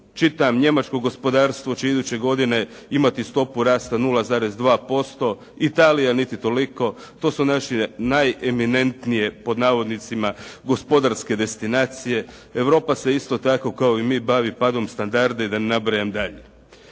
Čitam njemačko gospodarstvo će iduće godine imati stopu rasta 0,2%, Italija niti toliko. To su naši najeminentnije "gospodarske destinacije". Europa se isto tako kao i mi bavi padom standarda i da ne nabrajam dalje.